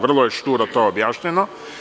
Vrlo je šturo to objašnjeno.